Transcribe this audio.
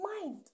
Mind